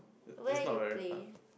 where you play